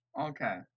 Okay